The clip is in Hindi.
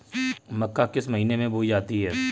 मक्का किस महीने में बोई जाती है?